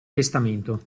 testamento